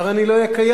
הרי אני לא אהיה קיים.